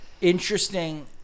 interesting